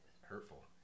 Hurtful